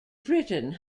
britain